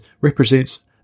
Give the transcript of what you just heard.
represents